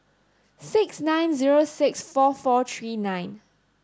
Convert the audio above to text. six nine zero six four four three nine